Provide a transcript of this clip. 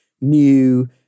new